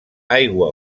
aigua